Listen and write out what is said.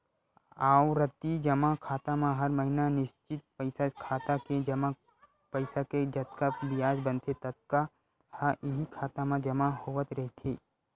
आवरती जमा खाता म हर महिना निस्चित पइसा खाता के जमा पइसा के जतका बियाज बनथे ततका ह इहीं खाता म जमा होवत रहिथे